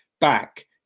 back